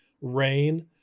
rain